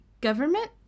government